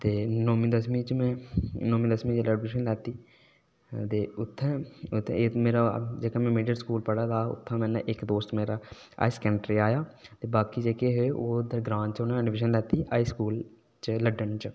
ते नौमीं दसमीं च में जिसलै ऐडमिशन लैती ते उत्थै में मेरा जेह्का मिडल में स्कूल पढै़ दा हा उत्थै मेरा इक दोस्त मेरा हाई सकैंडरी आया ते बाकी जेह्के हे ओह् उ'नें ग्रां च ऐडमिशन लैती हाई स्कूल लड्डन च